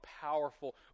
powerful